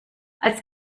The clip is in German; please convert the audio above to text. als